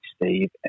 Steve